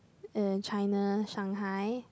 uh China Shanghai